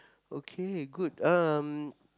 okay good um